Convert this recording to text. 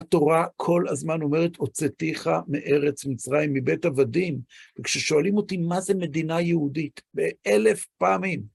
התורה כל הזמן אומרת, הוצאתיך מארץ מצרים, מבית עבדים, וכששואלים אותי מה זה מדינה יהודית, באלף פעמים.